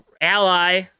Ally